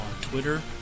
Twitter